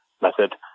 method